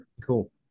cool